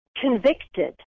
convicted